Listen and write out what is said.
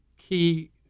key